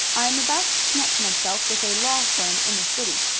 i am about to connect myself with a law firm in the city,